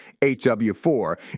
HW4